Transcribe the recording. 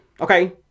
okay